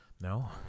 No